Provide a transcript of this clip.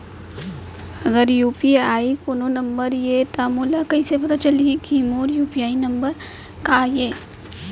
अगर यू.पी.आई कोनो नंबर ये त मोला कइसे पता चलही कि मोर यू.पी.आई नंबर का ये?